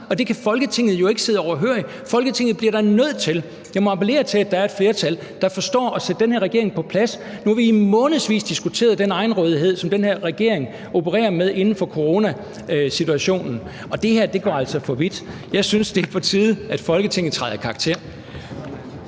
det kan Folketinget jo ikke sidde overhørig. Jeg må appellere til, at der er et flertal, der forstår at sætte den her regering på plads – det bliver Folketinget da nødt til. Nu har vi i månedsvis diskuteret den egenrådighed, som den her regering opererer med inden for coronasituationen, og det her går altså for vidt. Jeg synes, det er på tide, at Folketinget træder i karakter.